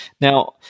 Now